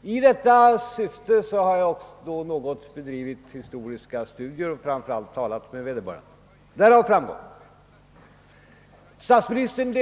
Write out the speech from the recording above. Med anledning härav har jag bedrivit historiska studier och framför allt talat med vederbörande. Därav har framgått, att statsministern